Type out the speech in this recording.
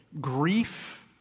grief